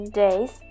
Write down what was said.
days